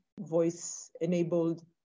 Voice-enabled